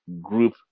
group